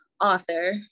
author